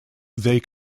they